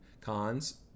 Cons